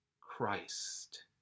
Christ